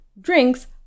drinks